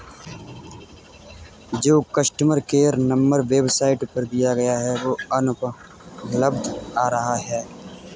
जो customer care number website पर दिया है वो नंबर अनुपलब्ध आ रहा है